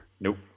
Nope